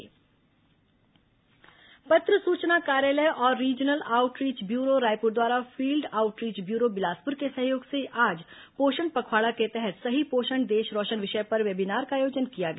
पोषण पखवाड़ा वेबीनार पत्र सूचना कार्यालय और रीजनल आउटरीच ब्यूरो रायपुर द्वारा फील्ड आउटरीच ब्यूरो बिलासपुर के सहयोग से आज पोषण पखवाड़ा के तहत सही पोषण देश रोशन विषय पर वेबीनार का आयोजन किया गया